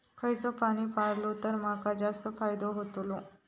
खयचो प्राणी पाळलो तर माका जास्त फायदो होतोलो?